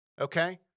okay